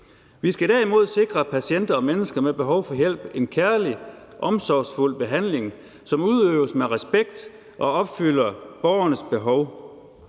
Vi skal derimod sikre patienter og mennesker med behov for hjælp en kærlig, omsorgsfuld behandling, som udøves med respekt og opfylder borgernes behov.